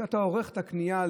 כשאתה עורך את הקנייה,